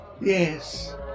Yes